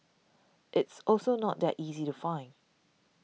it's also not that easy to find